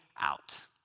out